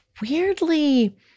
weirdly